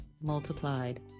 multiplied